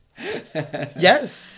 Yes